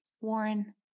Warren